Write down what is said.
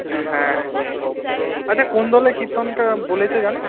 হ্যাঁ আচ্ছা কোন দলে কীর্তনটা বলেছে জানো